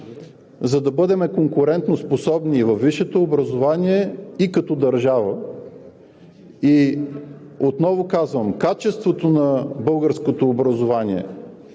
за да бъдем конкурентоспособни във висшето образование и като държава. Отново казвам: качеството на българското образование